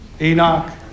Enoch